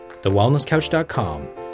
TheWellnessCouch.com